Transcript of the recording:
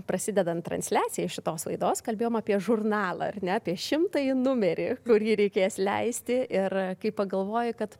prasidedant transliacijai šitos laidos kalbėjom apie žurnalą ar ne apie šimtąjį numerį kurį reikės leisti ir kai pagalvoji kad